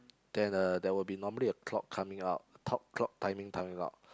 then uh there will be normally a clock coming out a top clock timing coming out